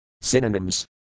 Synonyms